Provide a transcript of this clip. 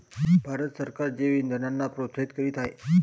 भारत सरकार जैवइंधनांना प्रोत्साहित करीत आहे